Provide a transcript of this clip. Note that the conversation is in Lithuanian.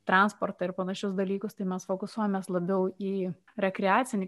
transportą ir panašius dalykus tai mes fokusuojamės labiau į rekreacinį